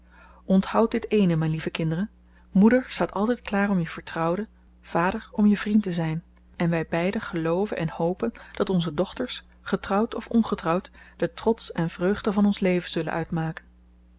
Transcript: onthoudt dit eene mijn lieve kinderen moeder staat altijd klaar om je vertrouwde vader om je vriend te zijn en wij beiden gelooven en hopen dat onze dochters getrouwd of ongetrouwd de trots en vreugde van ons leven zullen uitmaken